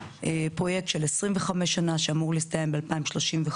פרויקט של 25 שנה שאמור להסתיים ב-2035.